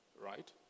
Right